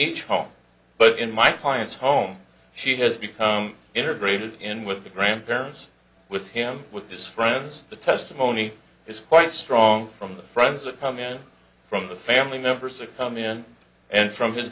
each home but in my client's home she has become integrated in with the grandparents with him with his friends the testimony is quite strong from the friends that come in from the family members to come in and from his